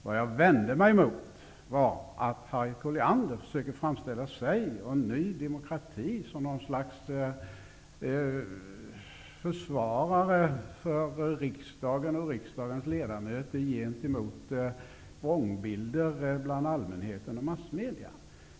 Vad jag vände mig mot var att Harriet Colliander försöker framställa sig och Ny demokrati som någon slags försvarare av riksdagen och riksdagens ledamöter gentemot vrångbilder från allmänheten och massmedia.